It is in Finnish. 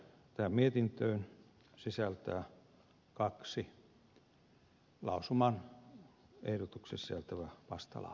tähän mietintöön sisältyy kaksi lausumaehdotuksen sisältävää vastalausetta